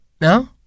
no